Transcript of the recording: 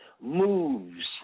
moves